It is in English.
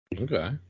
Okay